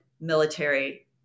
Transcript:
military